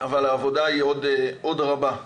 אבל העבודה עוד רבה.